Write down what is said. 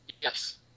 Yes